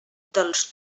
dels